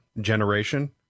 generation